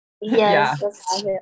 Yes